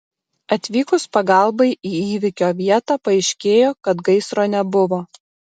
atvykus pagalbai į įvykio vietą paaiškėjo kad gaisro nebuvo